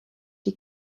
die